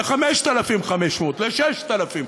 ל-5,500, ל-6,000.